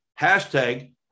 Hashtag